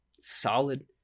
solid